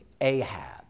Ahab